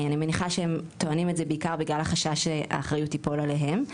אני מניחה שהם טוענים את זה בעיקר בגלל החשש שהאחריות תיפול עליהם.